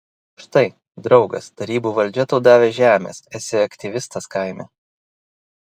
štai draugas tarybų valdžia tau davė žemės esi aktyvistas kaime